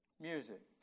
music